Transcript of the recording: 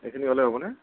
এইখিনি হ'লে হ'বনে